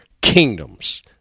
kingdoms